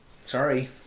Sorry